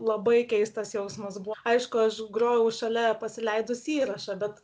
labai keistas jausmas buvo aišku aš grojau šalia pasileidus įrašą bet